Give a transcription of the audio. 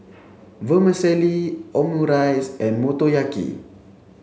Vermicelli Omurice and Motoyaki